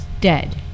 dead